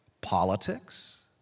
politics